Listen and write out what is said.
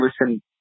listen